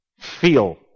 feel